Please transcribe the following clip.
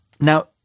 Now